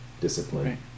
Discipline